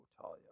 Talia